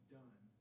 done